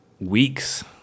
weeks